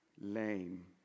Lame